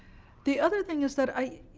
the other thing is that i